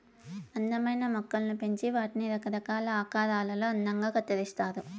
అందమైన మొక్కలను పెంచి వాటిని రకరకాల ఆకారాలలో అందంగా కత్తిరిస్తారు